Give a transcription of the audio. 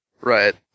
Right